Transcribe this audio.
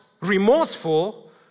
remorseful